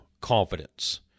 confidence